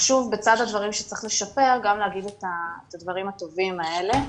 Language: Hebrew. חשוב בצד הדברים שצריך לשפר גם להגיד את הדברים הטובים האלה.